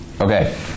Okay